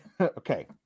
okay